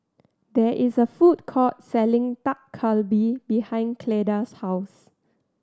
there is a food court selling Dak Galbi behind Cleda's house